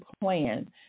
plan